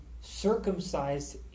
circumcised